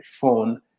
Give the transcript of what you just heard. phone